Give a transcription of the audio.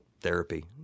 therapy